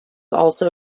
also